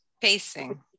pacing